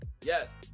Yes